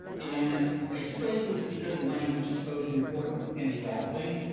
and i say this because language is both important and evolving.